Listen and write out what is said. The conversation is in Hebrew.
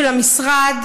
של המשרד,